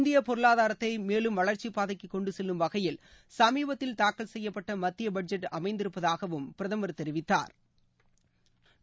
இந்திய பொருளாதாரத்தை மேலும் வளர்ச்சி பாதைக்கு கொண்டு செல்லும் வகையில் சமீபத்தில் தாக்கல் செய்யப்பட்ட மத்திய பட்ஜெட் அமைந்திருப்பதாகவும் பிரதம் மேலும் தெரிவித்தாா்